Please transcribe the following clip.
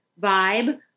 vibe